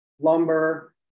lumber